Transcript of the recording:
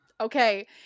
okay